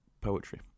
poetry